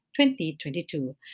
2022